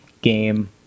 game